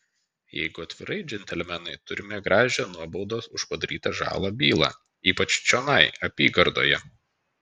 jeigu atvirai džentelmenai turime gražią nuobaudos už padarytą žalą bylą ypač čionai apygardoje